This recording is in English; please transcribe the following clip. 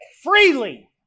freely